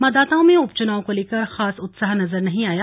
मतदाताओं में उपचुनाव को लेकर खास उतना उत्साह नजर नहीं आया